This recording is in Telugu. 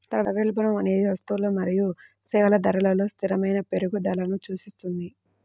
ద్రవ్యోల్బణం అనేది వస్తువులు మరియు సేవల ధరలలో స్థిరమైన పెరుగుదలను సూచిస్తుంది